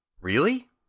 Really